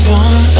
one